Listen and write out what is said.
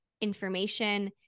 information